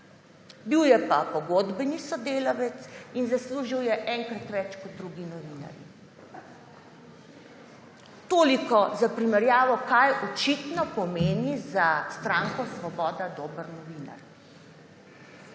Bil je pa pogodbeni sodelavec in zaslužil je enkrat več kot drugi novinarji. Toliko za primerjavo, kaj očitno pomeni za stranko Svoboda dober novinar.